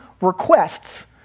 requests